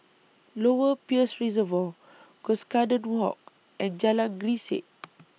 Lower Peirce Reservoir Cuscaden Walk and Jalan Grisek